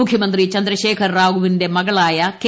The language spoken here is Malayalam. മുഖ്യമന്ത്രി ചന്ദ്രശേഖർ റാവുവിന്റെ മകളായ കെ